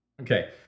Okay